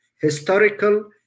historical